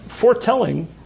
foretelling